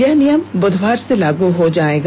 यह नियम बुधवार से लागू हो जाएगा